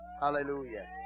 hallelujah